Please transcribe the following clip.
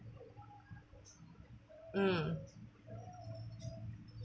mm